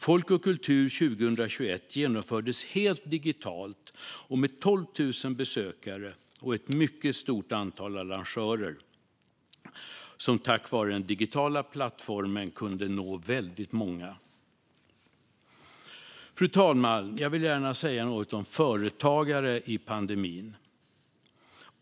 Folk och Kultur 2021 genomfördes helt digitalt med 12 000 besökare och ett mycket stort antal arrangörer, som tack vare den digitala plattformen kunde nå väldigt många. Fru talman! Jag vill gärna säga något om företagare i pandemin.